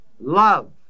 Love